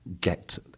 get